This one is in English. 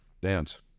dance